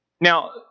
Now